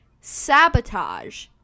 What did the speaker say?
Sabotage